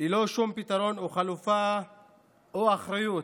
ללא שום פתרון או חלופה או אחריות,